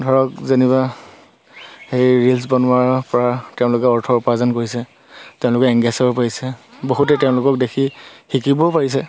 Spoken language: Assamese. ধৰক যেনিবা হেৰি ৰিলচ বনোৱাৰ পৰা তেওঁলোকে অৰ্থ উপাৰ্জন কৰিছে তেওঁলোকে এংগেছ হ'ব পাৰিছে বহুতে তেওঁলোকক দেখি শিকিবও পাৰিছে